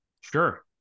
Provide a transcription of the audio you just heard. Sure